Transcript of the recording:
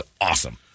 awesome